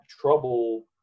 trouble